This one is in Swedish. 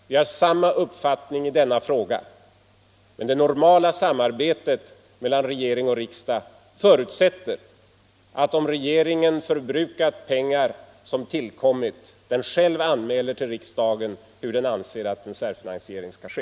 Vi har samma uppfattning i denna fråga, men det normala samarbetet mellan regering och riksdag förutsätter att om regeringen förbrukat pengar som kommit in den själv anmäler till riksdagen hur den anser att en särfinansiering skall ske.